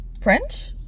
French